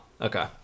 Okay